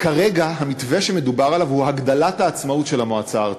כרגע המתווה שמדובר עליו הוא הגדלת העצמאות של המועצה הארצית.